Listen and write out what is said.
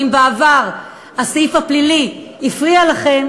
ואם בעבר הסעיף הפלילי הפריע להם,